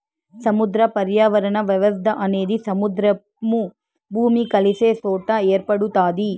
సముద్ర పర్యావరణ వ్యవస్థ అనేది సముద్రము, భూమి కలిసే సొట ఏర్పడుతాది